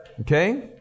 Okay